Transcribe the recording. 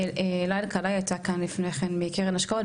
אלה אלקלעי הייתה כאן לפני כן מקרן השקעות,